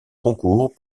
concours